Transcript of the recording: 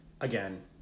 Again